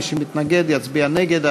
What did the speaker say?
ומי שמתנגד יצביע נגד.